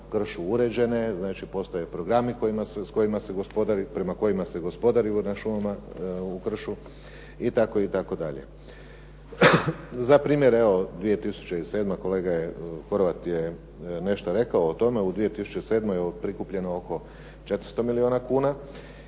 s kojima se gospodari, prema kojima se gospodari na šumama u kršu itd. Za primjer evo 2007. kolega Horvat je nešto rekao o tome. U 2007. je prikupljeno oko 400 milijuna kuna